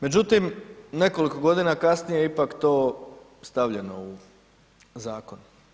Međutim, nekoliko godina kasnije je ipak to stavljeno u zakon.